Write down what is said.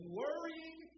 worrying